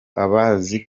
abazi